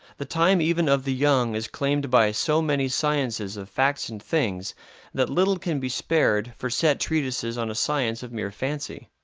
the time even of the young is claimed by so many sciences of facts and things that little can be spared for set treatises on a science of mere fancy.